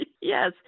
yes